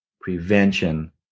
prevention